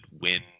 win